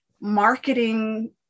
marketing